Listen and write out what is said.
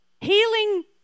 healing